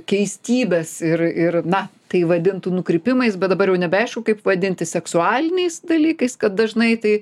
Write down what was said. keistybes ir ir na tai vadintų nukrypimais bet dabar jau nebeaišku kaip vadinti seksualiniais dalykais kad dažnai tai